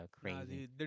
crazy